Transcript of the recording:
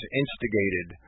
instigated